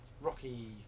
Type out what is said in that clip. Rocky